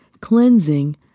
cleansing